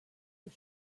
was